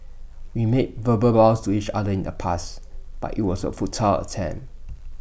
we made verbal vows to each other in the past but IT was A futile attempt